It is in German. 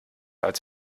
als